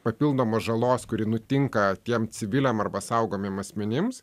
papildomos žalos kuri nutinka tiem civiliam arba saugomiem asmenims